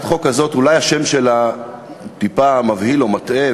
אולי השם של הצעת החוק הזאת טיפה מבהיל או מטעה,